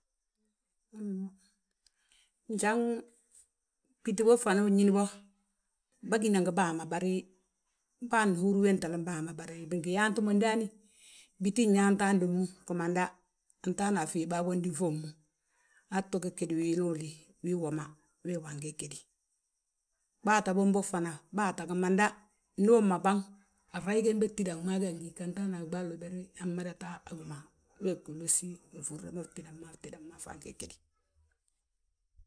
Njan gbíti bóg fana unñi bo, bâgina ngi bàa ma, bari bâna húri welem bàa ma, bari bingi yaanti mo ndaani. Bíti nyaanta handomu, gimanda, anto hana fii bagondin fommu, aa tto gegi wilooli, wii woma, wee wi angegegi. Gbaata bombogi fana, baata gimanda ndu uma baŋ a grayi gembe gtída gmaagi angiyi ganti hana a ɓaalu uber wi an madata haji ma. wee ggí winoo si nfúre ma gtída gmaafi angegegi.